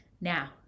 Now